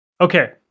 Okay